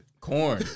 Corn